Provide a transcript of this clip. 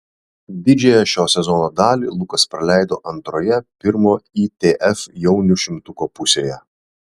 didžiąją šio sezono dalį lukas praleido antroje pirmo itf jaunių šimtuko pusėje